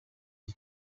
iki